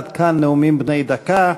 עד כאן נאומים בני דקה.